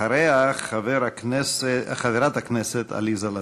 חברת הכנסת ענת ברקו.